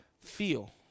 feel